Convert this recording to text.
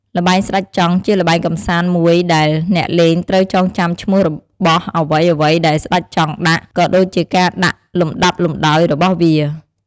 ល្បែងស្តេចចង់ជាល្បែងកម្សាន្តមួយដែល អ្នកលេងត្រូវចងចាំឈ្មោះរបស់អ្វីៗដែលស្តេចចង់ដាក់ ក៏ដូចជាការដាក់លំដាប់លំដោយរបស់វា។